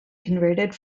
converted